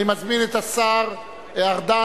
אני מזמין את השר ארדן.